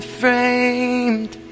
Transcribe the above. framed